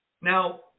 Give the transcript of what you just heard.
Now